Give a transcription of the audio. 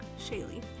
Shaylee